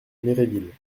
méréville